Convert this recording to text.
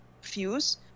Fuse